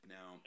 Now